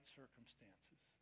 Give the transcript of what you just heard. circumstances